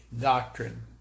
doctrine